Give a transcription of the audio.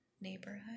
neighborhood